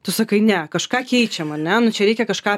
tu sakai ne kažką keičiam ar ne nu čia reikia kažką